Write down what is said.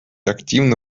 активно